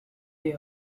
they